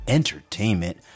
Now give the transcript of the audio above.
entertainment